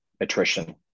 attrition